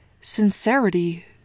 sincerity